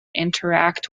interact